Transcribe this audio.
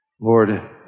Lord